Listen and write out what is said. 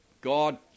God